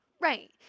Right